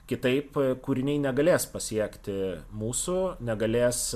kitaip kūriniai negalės pasiekti mūsų negalės